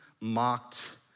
mocked